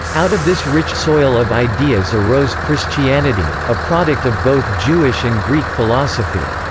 out of this rich soil of ideas arose christianity, a product of both jewish and greek philosophy,